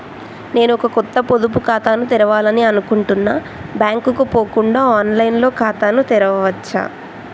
నేను ఒక కొత్త పొదుపు ఖాతాను తెరవాలని అనుకుంటున్నా బ్యాంక్ కు పోకుండా ఆన్ లైన్ లో ఖాతాను తెరవవచ్చా?